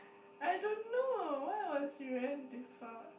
I don't know why I want experience this far